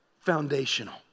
Foundational